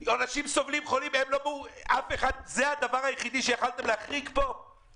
תקועים כאן או בחו"ל אלא צוין שיש צורך לעשות שימוש בחריג הזה